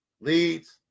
leads